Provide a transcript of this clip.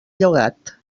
llogat